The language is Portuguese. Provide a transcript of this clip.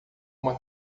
uma